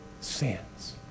sins